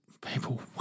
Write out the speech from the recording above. people